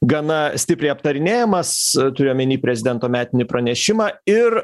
gana stipriai aptarinėjamas turiu omeny prezidento metinį pranešimą ir